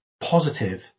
positive